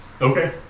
Okay